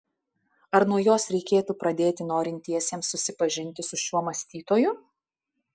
ar nuo jos reikėtų pradėti norintiesiems susipažinti su šiuo mąstytoju